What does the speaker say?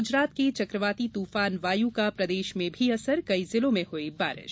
गुजरात के चकवाती तूफान वायु का प्रदेश में भी असर कई जिलों में हई बारिश